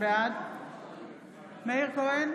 בעד מאיר כהן,